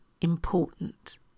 important